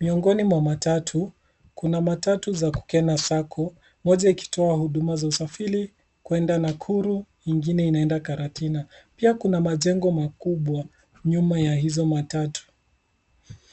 Miongoni mwa matatu kuna matatu za Kukena Saaco moja ikitoa huduma za usafiri kuenda Nakuru ingine inaenda Karatina. Pia kuna majengo makubwa nyuma ya hizo matatu.